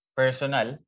personal